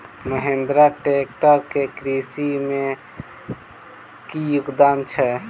Mahindra tractor केँ कृषि मे की योगदान छै?